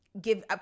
give